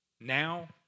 Now